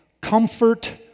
comfort